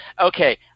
Okay